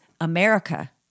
America